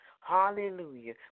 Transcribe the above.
Hallelujah